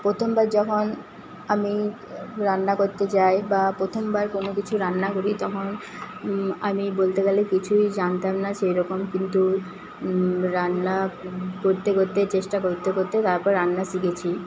প্রথমবার যখন আমি রান্না করতে যাই বা প্রথমবার কোনও কিছু রান্না করি তখন আমি বলতে গেলে কিছুই জানতাম না সেইরকম কিন্তু রান্না করতে করতে চেষ্টা করতে করতে তারপর রান্না শিখেছি